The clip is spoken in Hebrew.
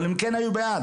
אבל הם כן היו בעד.